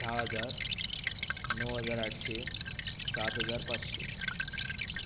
धा हजार णव हजार आठशें सात हजार पांचशे